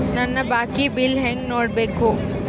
ನನ್ನ ಬಾಕಿ ಬಿಲ್ ಹೆಂಗ ನೋಡ್ಬೇಕು?